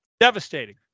devastating